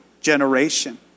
generation